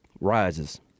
Rises